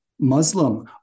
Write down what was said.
Muslim